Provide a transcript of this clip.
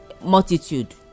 multitude